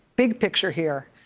big picture here,